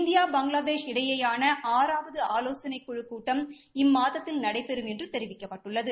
India Bangladesh இடையேயான ஆறாவது ஆலோசனைக் குழுக் கூட்டம் இம்மாதத்தில் நடைபெறும் என்று தெரிவிக்கப்பட்டுள்ளது